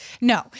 No